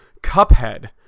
Cuphead